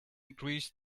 agrees